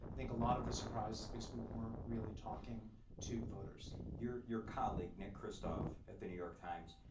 think a lot of the surprise is because we weren't really talking to voters. your your colleague, nick christophe at the new york times,